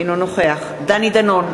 אינו נוכח דני דנון,